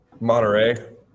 monterey